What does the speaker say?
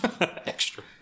Extra